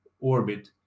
orbit